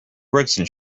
gregson